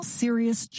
serious